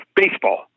baseball